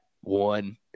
one